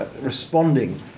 responding